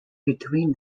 between